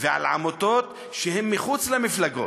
עמותות שהם מחוץ למפלגות.